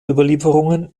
überlieferungen